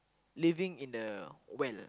living in a well